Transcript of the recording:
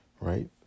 right